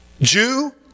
Jew